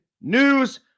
news